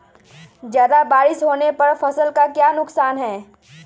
ज्यादा बारिस होने पर फसल का क्या नुकसान है?